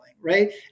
right